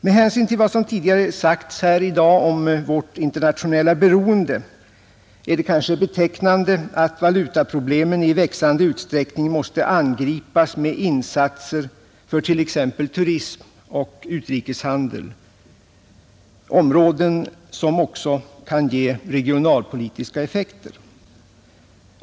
Med hänsyn till vad som tidigare sagts här om vårt internationella beroende är det kanske betecknande att valutaproblemen i växande utsträckning måste angripas med insatser för t.ex. för turism och utrikeshandel, områden som också kan ge regionalpolitiska effekter.